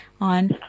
on